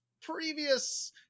Previous